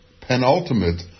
penultimate